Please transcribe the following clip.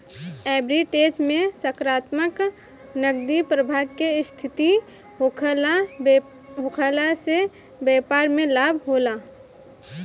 arbitrage में सकारात्मक नगदी प्रबाह के स्थिति होखला से बैपार में लाभ होला